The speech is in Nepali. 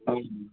हजुर